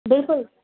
बिल्कुलु